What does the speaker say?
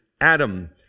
Adam